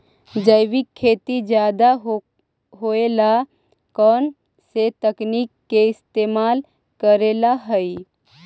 जैविक खेती ज्यादा होये ला कौन से तकनीक के इस्तेमाल करेला हई?